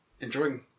enjoying